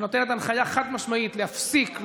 שנותנת הנחיה חד-משמעית להפסיק,